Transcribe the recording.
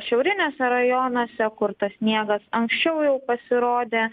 šiauriniuose rajonuose kur tas sniegas anksčiau jau pasirodė